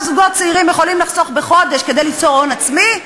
זוגות צעירים יכולים לחסוך בחודש כדי ליצור הון עצמי,